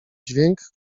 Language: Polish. dźwięk